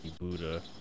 Buddha